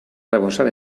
rebosar